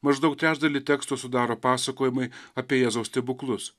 maždaug trečdalį teksto sudaro pasakojimai apie jėzaus stebuklus